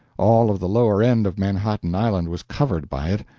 all of the lower end of manhattan island was covered by it.